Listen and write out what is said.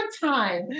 time